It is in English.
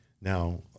Now